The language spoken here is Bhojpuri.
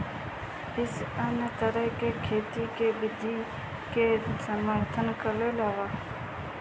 इ अन्य तरह के खेती के विधि के समर्थन करेला